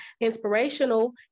inspirational